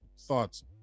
thoughts